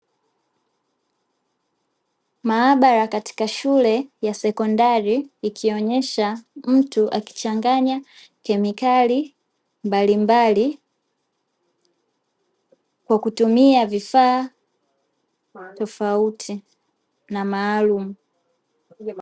Maabara katika shule ya sekondari, ikionesha mtu akichanganya kemikali mbalimbali kwa kutumia vifaa tofauti na maalumu.